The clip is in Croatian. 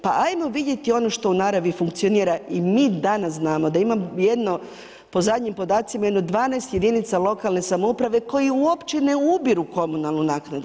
Pa ajmo vidjeti ono što u naravi funkcionira i mi danas znamo da ima jedno po zadnjim podacima jedno 12 jedinica lokalne samouprave koje uopće ne ubiru komunalnu naknadu.